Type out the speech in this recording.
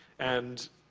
and,